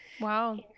Wow